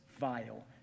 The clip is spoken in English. vile